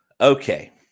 Okay